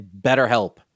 BetterHelp